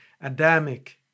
Adamic